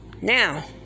Now